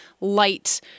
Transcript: light